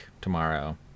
tomorrow